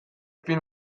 film